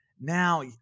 now